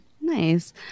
Nice